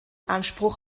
anspruch